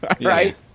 right